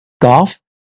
golf